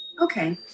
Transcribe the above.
Okay